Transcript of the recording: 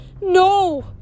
no